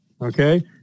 Okay